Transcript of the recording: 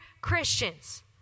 Christians